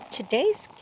today's